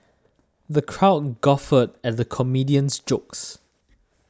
the crowd guffawed at the comedian's jokes